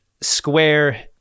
square